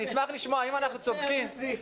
אם אנחנו צודקים,